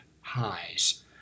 highs